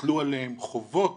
הוטלו עליהם חובות